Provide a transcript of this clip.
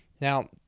now